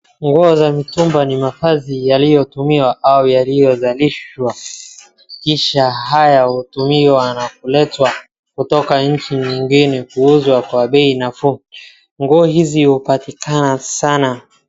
Nguo za mitumba ni mavazi yaliyotumiwa au yaliyozalishwa kisha haya hutumiwa na kuletwa kutoka nchi nyingine kuuzwa kwa bei nafuuu nguo hizi hupatikana sana.